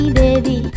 baby